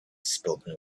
spoken